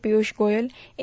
Piyush Goyal ए